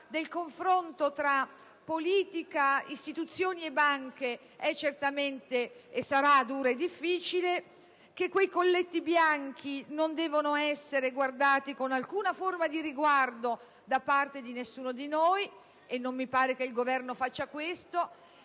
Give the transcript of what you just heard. del confronto tra politica, istituzioni e banche certamente è e sarà dura, difficile e che quei colletti bianchi non devono essere guardati con alcuna forma di riguardo da parte di nessuno di noi (e non mi pare che il Governo faccia questo),